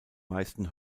meisten